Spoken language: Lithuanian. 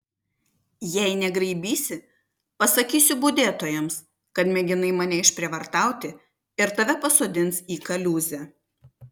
jei negraibysi pasakysiu budėtojams kad mėginai mane išprievartauti ir tave pasodins į kaliūzę